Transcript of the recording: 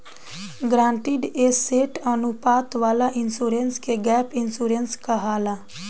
guaranteed asset अनुपात वाला insurance के गैप इंश्योरेंस कहाला